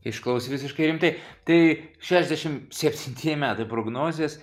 išklausė visiškai rimtai tai šešiasdešimt septintieji metai prognozės